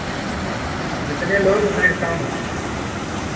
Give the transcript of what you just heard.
जितने लोग उतने एकाउंट